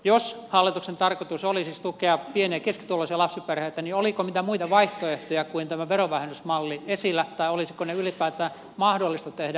jos hallituksen tarkoitus oli siis tukea pieni ja keskituloisia lapsiperheitä niin oliko mitään muita vaihtoehtoja kuin tämä verovähennysmalli esillä tai olisiko ne ylipäätään mahdollista tehdä lapsilisäjärjestelmän piirissä